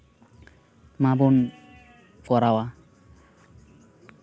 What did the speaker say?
ᱚᱱᱟᱵᱚᱱ ᱠᱚᱨᱟᱣᱟ